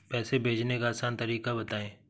पैसे भेजने का आसान तरीका बताए?